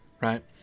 right